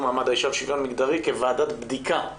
מעמד האישה ולשוויון מגדרי כוועדת בדיקה,